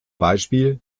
beispiel